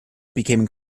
became